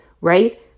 right